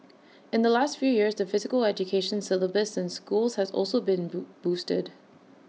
in the last few years the physical education syllabus in schools has also been boo boosted